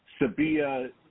Sabia